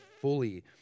fully